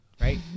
right